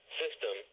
system